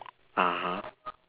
(uh huh)